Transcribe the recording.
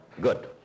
Good